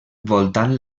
voltant